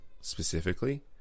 specifically